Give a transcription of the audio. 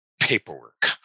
paperwork